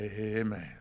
Amen